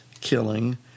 killing